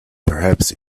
perhaps